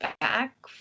back